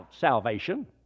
salvation